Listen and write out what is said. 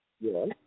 Yes